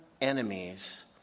enemies